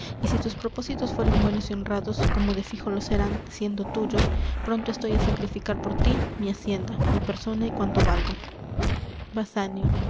y si tus propósitos fueren buenos y honrados como de fijo lo serán siendo tuyos pronto estoy á sacrificar por tí mi hacienda mi persona y cuanto valgo